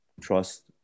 trust